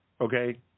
okay